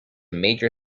major